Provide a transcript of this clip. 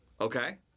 Okay